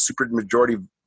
supermajority